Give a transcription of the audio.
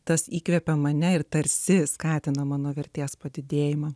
tas įkvepia mane ir tarsi skatina mano vertės padidėjimą